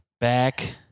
back